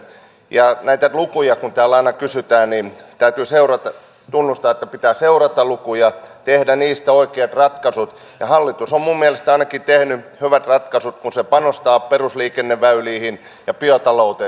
ja näitä lukuja kun täällä aina kysytään niin täytyy tunnustaa että pitää seurata lukuja tehdä niistä oikeat ratkaisut ja hallitus on minun mielestäni ainakin tehnyt hyvät ratkaisut kun se panostaa perusliikenneväyliin ja biotalouteen